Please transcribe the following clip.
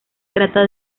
trata